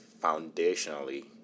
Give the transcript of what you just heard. foundationally